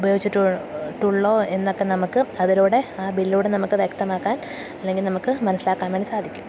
ഉപയോഗിച്ചിട്ടുള്ളോ എന്നൊക്കെ നമുക്ക് അതിലൂടെ ആ ബില്ലിലൂടെ നമുക്കു വ്യക്തമാക്കാൻ അല്ലെങ്കില് നമുക്കു മനസ്സിലാക്കാൻ വേണ്ടി സാധിക്കും